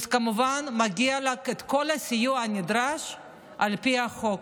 וכמובן מגיע לה כל הסיוע הנדרש על פי החוק,